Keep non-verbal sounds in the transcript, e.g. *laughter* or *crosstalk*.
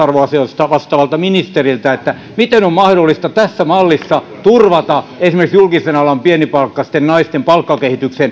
*unintelligible* arvoasioista vastaavalta ministeriltä miten on mahdollista tässä mallissa turvata esimerkiksi julkisten alojen pienipalkkaisten naisten palkkakehitys